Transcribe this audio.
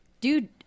Dude